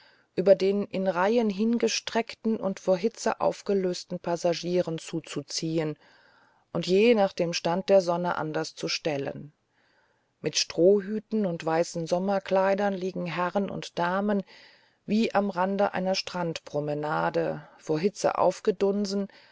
über den in reihen hingestreckten und vor hitze aufgelösten passagieren zuzuziehen und je nach dem stand der sonne anders zu stellen mit strohhüten und weißen sommerkleidern liegen herren und damen wie am rand einer strandpromenade vor hitze aufgedunsen